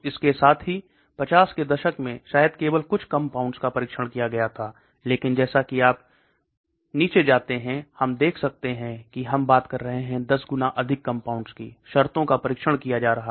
इसके साथ ही 50 के दशक में शायद केवल कुछ कंपाउंड्स का परीक्षण किया गया था लेकिन जैसा कि आप नीचे जाते हैं हम देख सकते हैं कि हम बात कर रहे हैं 10 गुना अधिक कंपाउंड्स की शर्तों का परीक्षण किया जा रहा है